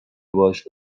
باهاش